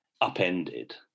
upended